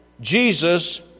Jesus